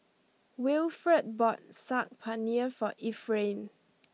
Wilfrid bought Saag Paneer for Efrain